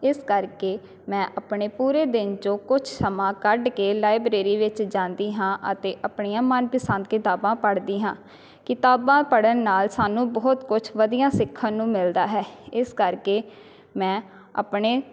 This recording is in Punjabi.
ਇਸ ਕਰਕੇ ਮੈਂ ਆਪਣੇ ਪੂਰੇ ਦਿਨ 'ਚੋਂ ਕੁਛ ਸਮਾਂ ਕੱਢ ਕੇ ਲਾਇਬ੍ਰੇਰੀ ਵਿੱਚ ਜਾਂਦੀ ਹਾਂ ਅਤੇ ਆਪਣੀਆਂ ਮਨਪਸੰਦ ਕਿਤਾਬਾਂ ਪੜ੍ਹਦੀ ਹਾਂ ਕਿਤਾਬਾਂ ਪੜ੍ਹਣ ਨਾਲ ਸਾਨੂੰ ਬਹੁਤ ਕੁਛ ਵਧੀਆ ਸਿੱਖਣ ਨੂੰ ਮਿਲਦਾ ਹੈ ਇਸ ਕਰਕੇ ਮੈਂ ਆਪਣੇ